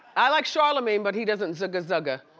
i like charlamagne but he doesn't zugga zugga.